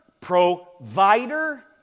provider